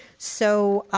so,